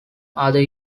other